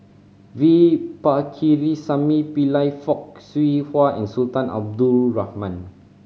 V Pakirisamy Pillai Fock Siew Wah and Sultan Abdul Rahman